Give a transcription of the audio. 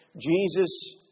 Jesus